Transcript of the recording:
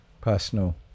personal